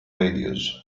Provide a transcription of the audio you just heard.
radios